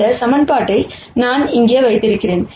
இந்த சமன்பாட்டை நான் இங்கே வைத்திருக்கிறேன்